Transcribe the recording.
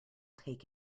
take